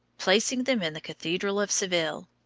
placing them in the cathedral of seville,